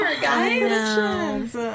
guys